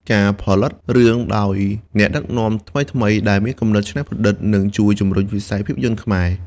ការផលិតរឿងដោយអ្នកដឹកនាំថ្មីៗដែលមានគំនិតច្នៃប្រឌិតនឹងជួយជំរុញវិស័យភាពយន្តខ្មែរ។